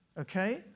okay